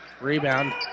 Rebound